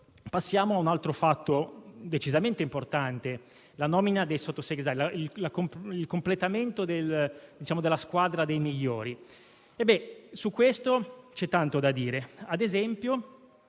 passiamo a un altro fatto decisamente importante: la nomina dei Sottosegretari, il completamento della squadra dei migliori. Su questo c'è tanto da dire. Ad esempio,